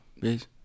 bitch